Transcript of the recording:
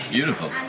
Beautiful